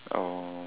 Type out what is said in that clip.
uh